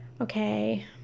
okay